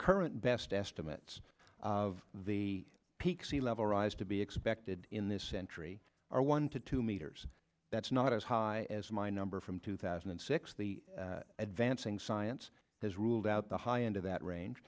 current best estimates of the peak sea level rise to be expected in this century or one to two meters that's not as high as my number from two thousand and six the advancing science has ruled out the high end of that range